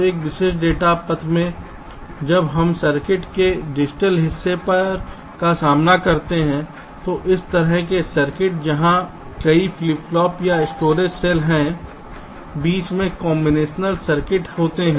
अब एक विशिष्ट डेटा पथ में जब हम सर्किट के डिजिटल हिस्से का सामना करते हैं तो इस तरह के सर्किट जहां कई फ्लिप फ्लॉप या स्टोरेज सेल होते हैं बीच में कॉम्बिनेशन सर्किट होते हैं